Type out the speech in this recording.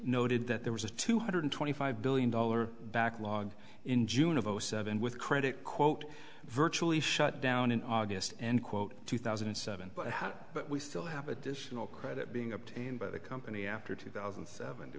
noted that there was a two hundred twenty five billion dollar backlog in june of zero seven with credit quote virtually shut down in august and quote two thousand and seven but how but we still have additional credit being obtained by the company after two thousand and seven